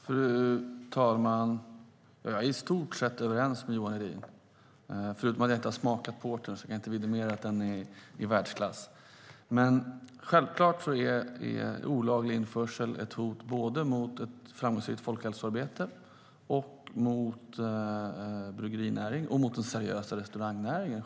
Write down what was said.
Fru talman! Jag är i stort sett överens med Johan Hedin, förutom att jag inte har smakat portern, så jag kan inte vidimera att den är i världsklass. Självklart är olaglig införsel ett hot mot ett framsynt folkhälsoarbete, mot bryggerinäringen och mot den seriösa restaurangnäringen.